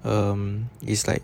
um it's like